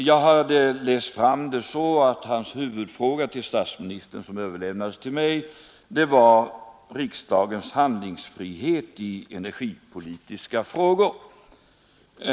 Jag hade läst fram att hans huvudfråga till statsministern — som överlämnades till mig — var riksdagens handlingsfrihet i energipolitiska frågor.